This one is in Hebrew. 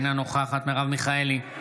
אינה נוכחת מרב מיכאלי,